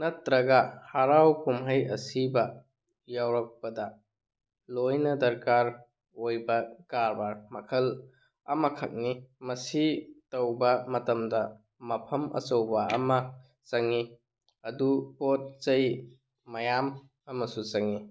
ꯅꯠꯇ꯭ꯔꯒ ꯍꯔꯥꯎ ꯀꯨꯝꯍꯩ ꯑꯁꯤꯕ ꯌꯥꯎꯔꯛꯄꯗ ꯂꯣꯏꯅ ꯗꯔꯀꯥꯔ ꯑꯣꯏꯕ ꯀꯔꯕꯥꯔ ꯃꯈꯜ ꯑꯃ ꯈꯛꯅꯤ ꯃꯁꯤ ꯇꯧꯕ ꯃꯇꯝꯗ ꯃꯐꯝ ꯑꯆꯧꯕ ꯑꯃ ꯆꯪꯉꯤ ꯑꯗꯨ ꯄꯣꯠ ꯆꯩ ꯃꯌꯥꯝ ꯑꯃꯁꯨ ꯆꯪꯉꯤ